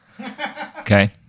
Okay